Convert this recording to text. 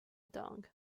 dung